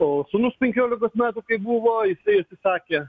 o sūnus penkiolikos metų kai buvo jisai atsisakė